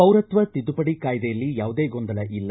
ಪೌರತ್ವ ತಿದ್ದುಪಡಿ ಕಾಯ್ದೆಯಲ್ಲಿ ಯಾವುದೇ ಗೊಂದಲ ಇಲ್ಲ